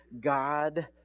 God